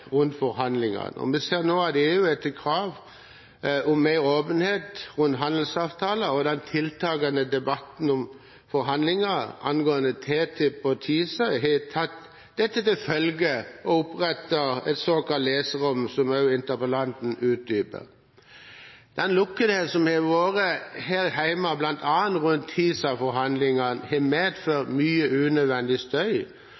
rundt handelsavtaler, og den tiltakende debatten om forhandlinger angående TTIP og TISA har tatt dette til følge, og en har opprettet et såkalt leserom, som også interpellanten utdyper. Den lukkethet som har vært her hjemme bl.a. rundt TISA-forhandlingene, har medført mye unødvendig støy,